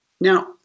Now